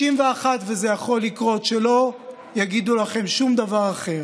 61, וזה יכול לקרות, ושלא יגידו לכם שום דבר אחר.